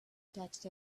text